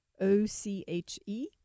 O-C-H-E